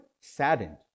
saddened